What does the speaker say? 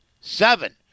seven